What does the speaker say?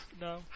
No